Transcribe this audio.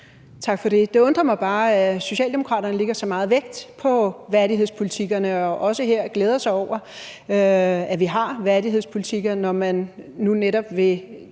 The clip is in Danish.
Tak for det. Det undrer mig bare, at Socialdemokraterne lægger så meget vægt på værdighedspolitikkerne og også her glæder sig over, at vi har værdighedspolitikker, når man nu netop vil